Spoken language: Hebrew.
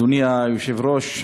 אדוני היושב-ראש,